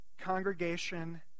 congregation